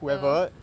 ya